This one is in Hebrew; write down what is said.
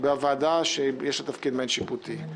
בוועדה שיש לה תפקיד מעין שיפוטי.